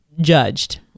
judged